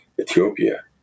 Ethiopia